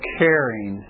caring